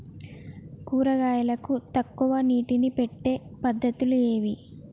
కూరగాయలకు తక్కువ నీటిని పెట్టే పద్దతులు ఏవి?